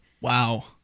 Wow